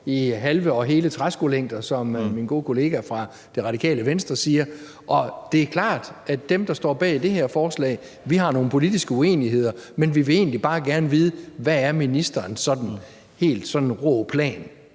i halve og hele træskolængder, som min gode kollega fra Radikale Venstre siger. Og det er klart, at vi, der står bag det her forslag til vedtagelse, har nogle politiske uenigheder, men vi vil egentlig bare gerne vide: Hvad er ministerens sådan helt rå plan?